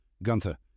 Gunther